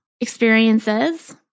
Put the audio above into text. experiences